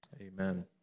Amen